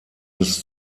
des